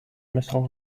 missile